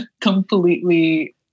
Completely